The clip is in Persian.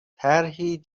طرحی